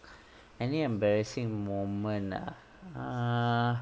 any embarrassing moment ah err